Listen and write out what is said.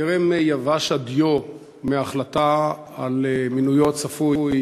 טרם יבש הדיו מההחלטה על מינויו הצפוי